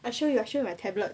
I show you I show you my tablet